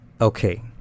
Okay